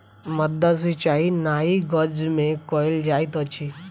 माद्दा सिचाई नाइ गज में कयल जाइत अछि